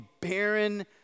barren